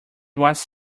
was